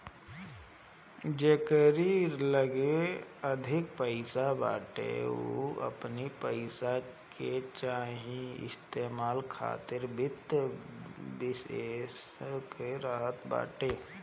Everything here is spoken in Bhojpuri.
जेकरी लगे अधिक पईसा बाटे उ अपनी पईसा के सही इस्तेमाल खातिर वित्त विशेषज्ञ रखत बाटे